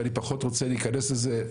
אני פחות רוצה להיכנס לזה.